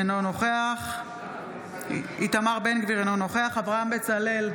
אינו נוכח איתמר בן גביר, אינו נוכח אברהם בצלאל,